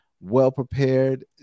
well-prepared